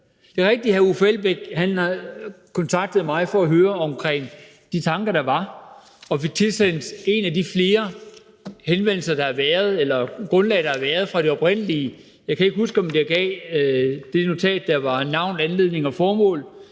Det er rigtigt, at hr. Uffe Elbæk havde kontaktet mig for at høre om de tanker, der var, og fik tilsendt et af de flere grundlag, der har været fra det oprindelige. Jeg kan ikke huske, om jeg gav notatet om navn, anledning og formål,